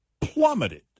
plummeted